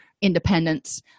independence